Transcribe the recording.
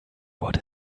what